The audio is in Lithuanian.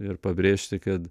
ir pabrėžti kad